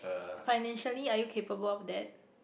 financially are you capable of that